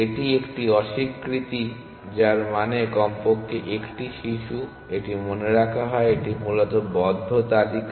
এটি একটি অস্বীকৃতি যার মানে কমপক্ষে 1টি শিশু এটি মনে রাখা হয় এটি মূলত বন্ধ তালিকা